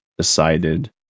decided